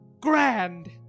grand